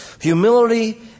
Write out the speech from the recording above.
Humility